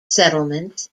settlements